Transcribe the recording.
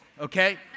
okay